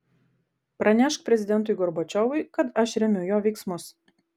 pranešk prezidentui gorbačiovui kad aš remiu jo veiksmus